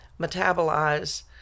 metabolize